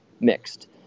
mixed